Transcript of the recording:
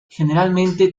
generalmente